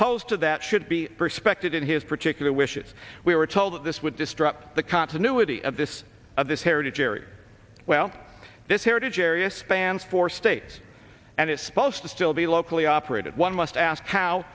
to that should be respected in his particular wishes we were told that this would destroy the continuity of this of this heritage area well this heritage area spans four states and it's supposed to still be locally operated one must ask